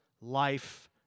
life